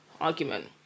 argument